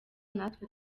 natwe